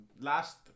last